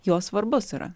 jo svarbus yra